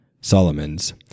Solomon's